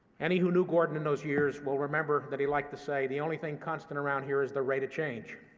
any who knew gordon in those years will remember that he liked to say the only thing constant around here is the rate of change.